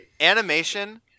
Animation